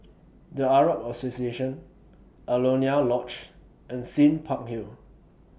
The Arab Association Alaunia Lodge and Sime Park Hill